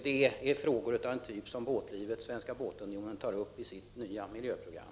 Det är frågor av en typ som båtlivet, Svenska båtunionen, tar upp i sitt nya miljöprogram.